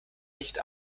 nicht